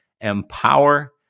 empower